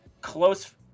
close